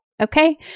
Okay